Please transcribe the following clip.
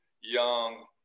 young